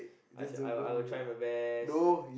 I shall I will try my best